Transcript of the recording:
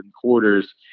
quarters